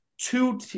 two